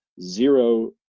zero